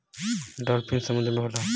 dolphin समुंदर में होला